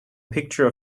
picture